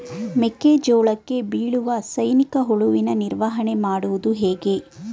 ಮೆಕ್ಕೆ ಜೋಳಕ್ಕೆ ಬೀಳುವ ಸೈನಿಕ ಹುಳುವಿನ ನಿರ್ವಹಣೆ ಮಾಡುವುದು ಹೇಗೆ?